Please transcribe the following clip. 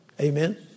Amen